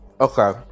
Okay